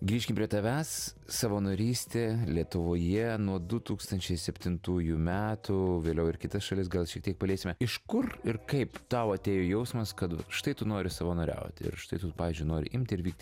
grįžkim prie tavęs savanorystė lietuvoje nuo du tūkstančiai septintųjų metų vėliau ir kitas šalis gal šiek tiek galėsime iš kur ir kaip tau atėjo jausmas kad štai tu nori savanoriauti ir štai tu pavyzdžiui nori imt ir vykt